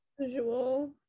visual